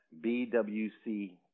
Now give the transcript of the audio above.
BWC